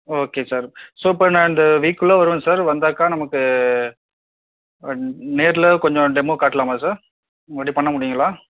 okay sir so இப்போ நான் இந்த வீக்குள்ளே வருவேன் சார் வந்தாக்கா நமக்கு நேரில் கொஞ்சம் டெமோ காட்டலாமா சார் ஒருவாட்டி பண்ண முடியுங்களா